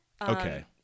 Okay